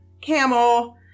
camel